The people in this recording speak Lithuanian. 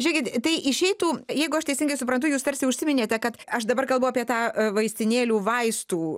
žiūrėkit tai išeitų jeigu aš teisingai suprantu jūs tarsi užsiminėte kad aš dabar kalbu apie tą vaistinėlių vaistų